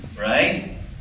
Right